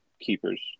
keepers